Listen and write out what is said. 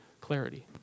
clarity